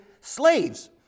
slaves